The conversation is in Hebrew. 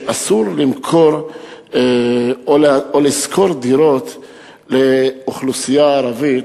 שאסור למכור או להשכיר דירות לאוכלוסייה ערבית,